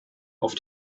auf